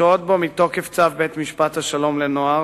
הן שוהות בו מתוקף צו בית-משפט השלום לנוער,